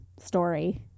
story